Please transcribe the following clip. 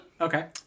Okay